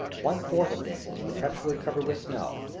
one fourth of this is perpetually covered with snow,